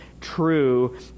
true